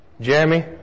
Jeremy